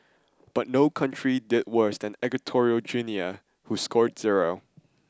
but no country did worse than Equatorial Guinea whose scored zero